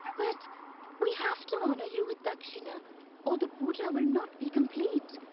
but we have to honor you with dakshina or the puja will not be complete.